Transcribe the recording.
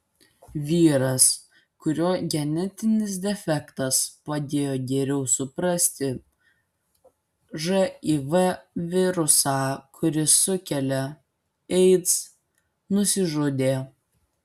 vyras kurio genetinis defektas padėjo geriau suprasti živ virusą kuris sukelia aids nusižudė